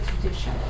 tradition